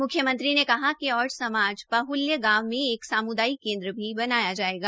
म्ख्यमंत्री ने कहा कि ओड़ समाज बाहुल्य गांव में एक समुदायिक केन्द्र भी बनाया जायेगा